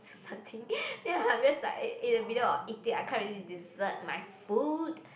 said something then I'm just like in the middle of eating I can't really desert my food